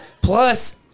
Plus